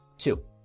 two